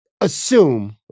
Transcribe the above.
assume